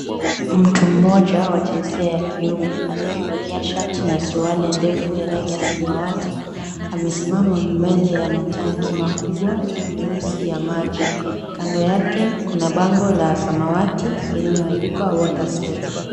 Mtu mmoja wa jinsia ya kiume aliyevalia shati na suruali ndefu ya rangi ya samawatI, amesimama mbele ya matanki makubwa meusi ya maji kando yake, kuna bango la samawati lililoandikwa Water Step.